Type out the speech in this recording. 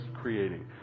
creating